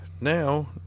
now